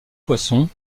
poissons